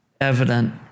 evident